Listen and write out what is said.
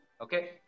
Okay